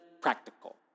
practical